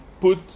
put